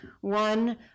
One